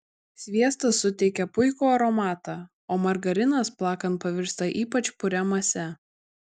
sviestas suteikia puikų aromatą o margarinas plakant pavirsta ypač puria mase